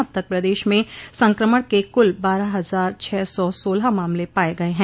अब तक प्रदेश में संक्रमण के कुल बारह हजार छह सौ सोलह मामले पाये गये हैं